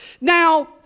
Now